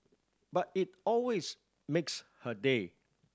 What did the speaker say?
but it always makes her day